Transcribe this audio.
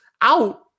out